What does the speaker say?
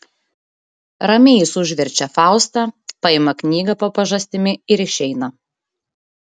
ramiai jis užverčia faustą paima knygą po pažastimi ir išeina